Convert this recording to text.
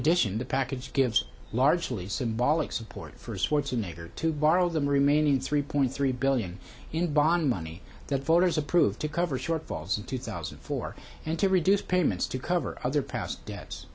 addition the package gives largely symbolic support for swartz a neighbor to borrow the remaining three point three billion in bond money that voters approved to cover shortfalls in two thousand and four and to reduce payments to cover other past